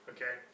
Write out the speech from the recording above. Okay